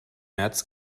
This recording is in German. märz